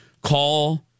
Call